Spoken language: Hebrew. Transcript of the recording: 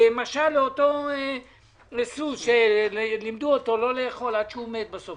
משל לאותו סוס שלימדו אותו לא לאכול עד שהוא מת בסוף,